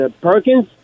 Perkins